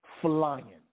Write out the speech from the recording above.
flying